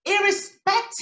irrespective